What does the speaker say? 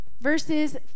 Verses